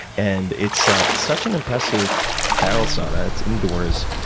and, it's such an impressive barrel sauna, it's indoors,